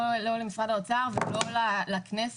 לא למשרד האוצר ולא לכנסת,